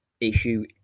issue